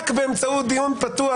רק באמצעות דיון פתוח